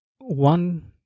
one